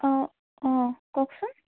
অঁ অঁ কওকচোন